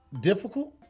difficult